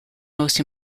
most